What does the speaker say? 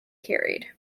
carried